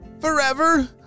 forever